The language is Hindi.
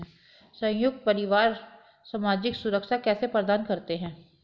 संयुक्त परिवार सामाजिक सुरक्षा कैसे प्रदान करते हैं?